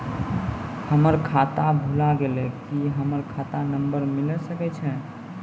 हमर खाता भुला गेलै, की हमर खाता नंबर मिले सकय छै?